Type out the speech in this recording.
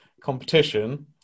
competition